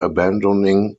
abandoning